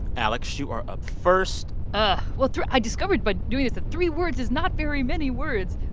alex, you are up first um well, through i discovered by doing this that three words is not very many words